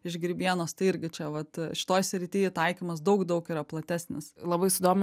iš grybienos tai irgi čia vat šitoj srity taikymas daug daug yra platesnis labai sudomino